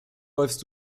läufst